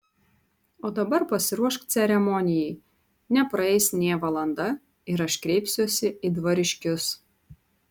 o dabar pasiruošk ceremonijai nepraeis nė valanda ir aš kreipsiuosi į dvariškius